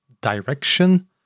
direction